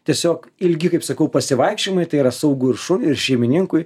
tiesiog ilgi kaip sakau pasivaikščiojimai tai yra saugu ir šuniui ir šeimininkui